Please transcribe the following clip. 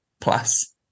plus